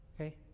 Okay